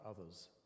others